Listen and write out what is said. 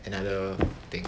another thing